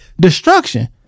destruction